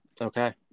Okay